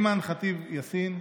אימאן ח'טיב יאסין,